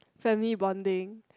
family bonding